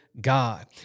God